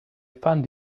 find